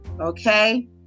okay